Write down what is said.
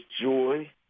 joy